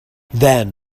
then